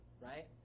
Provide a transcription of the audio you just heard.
right